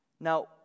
Now